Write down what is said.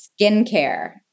skincare